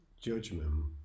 judgment